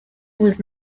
was